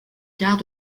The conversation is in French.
quart